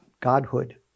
godhood